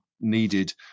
needed